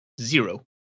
zero